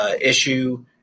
issue